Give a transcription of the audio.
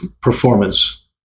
performance